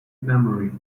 memory